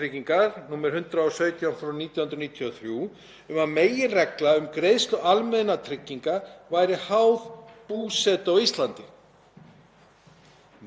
Meðlag er hins vegar eðlisólíkt stuðningi ríkisins við fólk sem á rétt til greiðslu lífeyris af hálfu hins opinbera.